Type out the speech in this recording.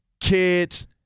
kids